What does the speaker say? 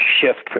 shift